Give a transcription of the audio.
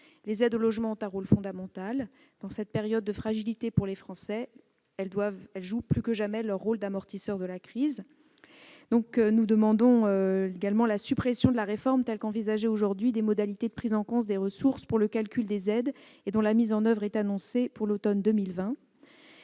Les aides au logement ont un rôle fondamental. Dans cette période de fragilité pour les Français, elles jouent plus que jamais leur rôle d'amortisseur de la crise. Nous demandons également la suspension de la réforme des modalités de prise en compte des ressources pour le calcul des aides telle qu'elle est envisagée aujourd'hui- sa